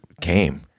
came